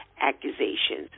accusations